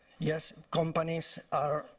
yes, companies are